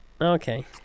okay